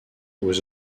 was